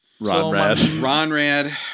Ronrad